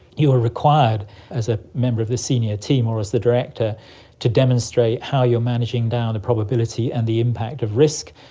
you are required as a member of the senior team or as the director to demonstrate how you are managing down a probability and the impact of risk.